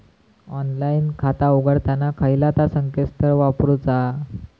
Online खाता उघडताना खयला ता संकेतस्थळ वापरूचा?